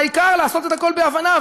העיקר לעשות את הכול בהבנה.